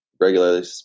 regularly